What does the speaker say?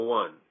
one